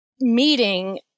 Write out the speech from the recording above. meeting